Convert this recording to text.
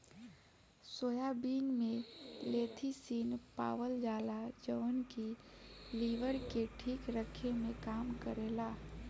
soybean में lecithin पावल जाला जवन की लीवर के ठीक रखे में काम करेला